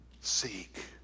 seek